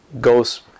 goes